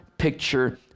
picture